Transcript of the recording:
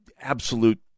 absolute